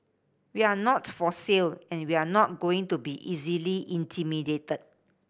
we're not for sale and we're not going to be easily intimidated